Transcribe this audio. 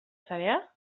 zarea